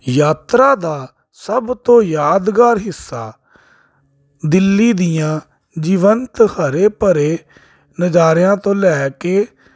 ਯਾਤਰਾ ਦਾ ਸਭ ਤੋਂ ਯਾਦਗਾਰ ਹਿੱਸਾ ਦਿੱਲੀ ਦੀਆਂ ਜੀਵੰਤ ਹਰੇ ਭਰੇ ਨਜ਼ਾਰਿਆਂ ਤੋਂ ਲੈ ਕੇ